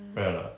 right or not